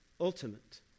ultimate